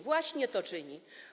Właśnie to czyni.